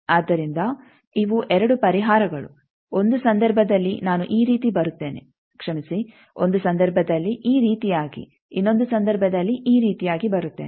ಆದ್ದರಿಂದ ಇವು 2 ಪರಿಹಾರಗಳು 1 ಸಂದರ್ಭದಲ್ಲಿ ನಾನು ಈ ರೀತಿ ಬರುತ್ತೇನೆ ಕ್ಷಮಿಸಿ 1 ಸಂದರ್ಭದಲ್ಲಿ ಈ ರೀತಿಯಾಗಿ ಇನ್ನೊಂದು ಸಂದರ್ಭದಲ್ಲಿ ಈ ರೀತಿಯಾಗಿ ಬರುತ್ತೇನೆ